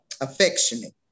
affectionate